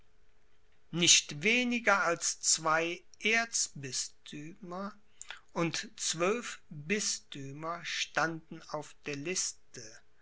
nicht weniger als zwei erzbisthümer und zwölf bisthümer standen auf der liste